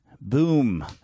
boom